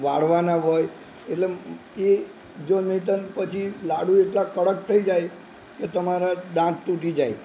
વાળવાના હોય એટલે એ જો નહીંતર પછી લાડુ એટલા કડક થઈ જાય કે તમારા દાંત તૂટી જાય